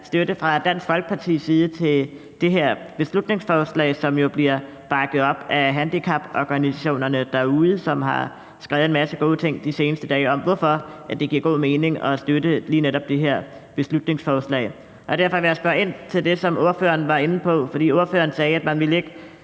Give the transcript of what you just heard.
støtte fra Dansk Folkepartis side til det her beslutningsforslag, som jo bliver bakket op af handicaporganisationerne derude, som de seneste dage har skrevet en masse gode ting om, hvorfor det giver god mening at støtte lige netop det her beslutningsforslag. Derfor vil jeg spørge ind til det, som ordføreren var inde på, for ordføreren sagde, at man ikke